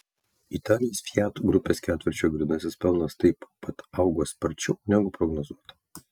italijos fiat grupės ketvirčio grynasis pelnas taip pat augo sparčiau negu prognozuota